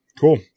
cool